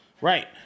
right